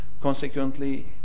Consequently